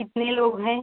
कितने लोग हैं